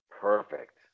Perfect